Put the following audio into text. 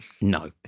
No